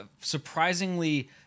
surprisingly